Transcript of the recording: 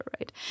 Right